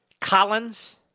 Collins